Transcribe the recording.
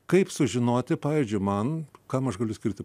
kaip sužinoti pavyzdžiui man kam aš galiu skirti